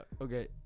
Okay